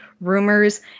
Rumors